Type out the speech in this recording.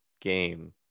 game